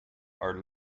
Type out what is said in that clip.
are